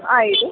ಹಾಂ ಹೇಳಿ